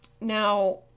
now